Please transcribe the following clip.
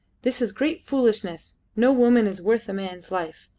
this is great foolishness. no woman is worth a man's life.